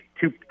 two